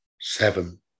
Seven